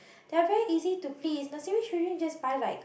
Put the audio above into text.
they are very easy to please nursery children just buy like